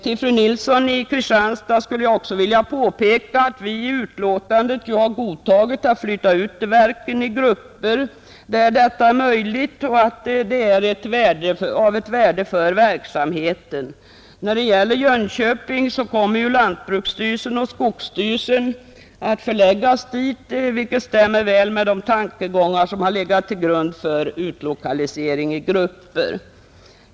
För fru Nilsson i Kristianstad skulle jag också vilja påpeka att vi i betänkandet ju har godtagit att flytta ut verken i grupper där detta är möjligt och av ett värde för verksamheten. När det gäller Jönköping kommer ju lantbruksstyrelsen och skogsstyrelsen att förläggas dit, vilket stämmer väl med de tankegångar som har legat till grund för utlokalisering i grupper.